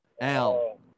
Al